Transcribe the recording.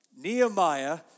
Nehemiah